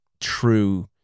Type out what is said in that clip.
true